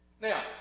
Now